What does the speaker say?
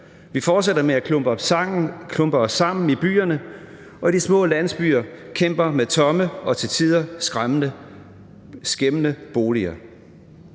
Vi fortsætter med at klumpe os sammen i byerne, og de små landsbyer kæmper med tomme og til tider skæmmende boliger.